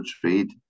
trade